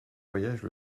voyages